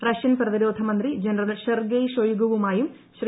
Russian പ്രതിരോധ മന്ത്രി general Sergei ഷൊയ്ഗുവുമായും ശ്രീ